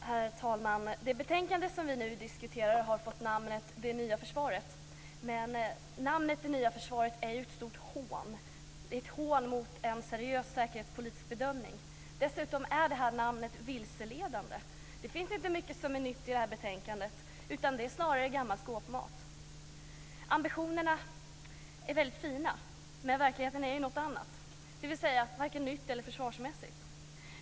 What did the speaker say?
Herr talman! Betänkandet vi nu diskuterar har fått namnet Det nya försvaret. Men namnet Det nya försvaret är ett stort hån. Det är ett hån mot en seriös säkerhetspolitisk bedömning. Dessutom är namnet vilseledande. Det finns inte mycket som är nytt i betänkandet, utan det är snarare gammal skåpmat. Ambitionerna är fina, men verkligheten är något annat, dvs. varken nytt eller försvarsmässigt.